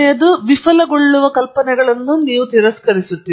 ಎರಡನೆಯದಾಗಿ ಪರೀಕ್ಷೆಗಳನ್ನು ವಿಫಲಗೊಳ್ಳುವ ಕಲ್ಪನೆಗಳನ್ನು ನೀವು ತಿರಸ್ಕರಿಸುತ್ತೀರಿ